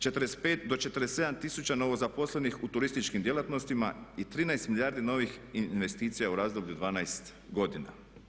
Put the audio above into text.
45-47 tisuća novo zaposlenih u turističkim djelatnostima i 13 milijardi novih investicija u razdoblju od 12 godina.